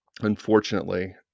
unfortunately